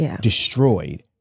Destroyed